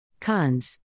Cons